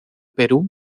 perú